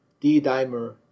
D-dimer